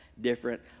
different